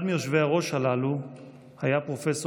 אחד מיושבי-הראש הללו היה פרופ'